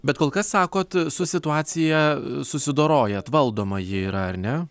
bet kol kas sakot su situacija susidorojat valdoma ji yra ar ne